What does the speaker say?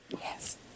Yes